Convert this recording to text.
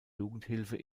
jugendhilfe